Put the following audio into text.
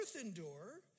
endure